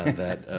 that